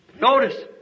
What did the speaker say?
Notice